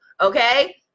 okay